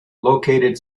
located